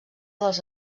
dels